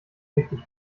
wichtig